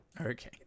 Okay